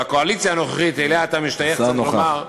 בקואליציה הנוכחית שאליה אתה משתייך, השר נוכח.